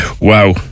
Wow